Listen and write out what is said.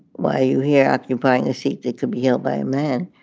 why are you here occupying a seat that could be held by a man?